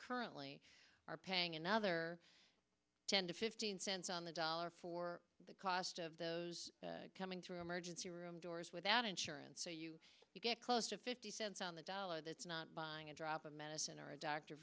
currently are paying another ten to fifteen cents on the dollar for the cost of those coming through emergency room doors without insurance you get close to fifty cents on the dollar that's not buying a drop of medicine or a doctor